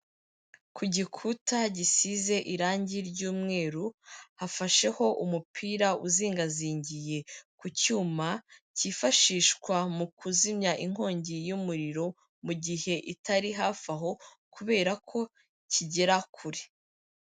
Ku gikuta gisize irangi ry'umweru hafasheho umupira uzingazingiye ku cyuma cyifashishwa mu kuzimya inkongi y'umuriro mu gihe itari hafi aho, kubera ko kigera kure.